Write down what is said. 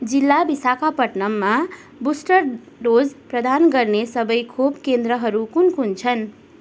जिल्ला विशाखापट्टनममा booster dose प्रदान गर्ने सबै खोप केन्द्रहरू कुन कुन छन्